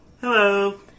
Hello